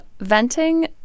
venting